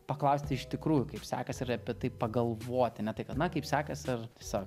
paklausti iš tikrųjų kaip sekasi ir apie tai pagalvoti ne tai kad na kaip sekasi ar tiesiog